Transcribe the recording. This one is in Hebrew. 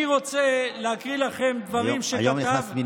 אני רוצה להקריא לכם דברים שכתב,